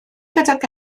gydag